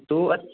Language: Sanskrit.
अस्तु